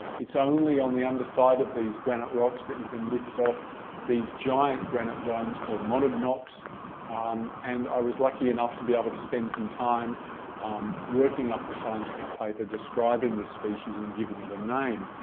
it's only on the underside of these granite rocks that you can lift off these giant granite domes called monadnocks um and i was lucky enough to be able to spend some time working up the scientific paper describing this species and giving it a name.